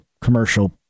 commercial